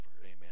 amen